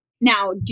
Now